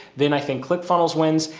then i think click funnels wins.